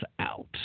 out